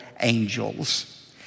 angels